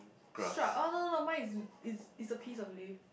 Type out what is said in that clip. shark oh no no mine is is a piece of leaf